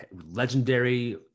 legendary